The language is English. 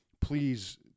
please